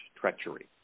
treachery